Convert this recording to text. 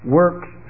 works